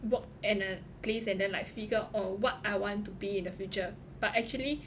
work at a place and then like figure out what I want to be in the future but actually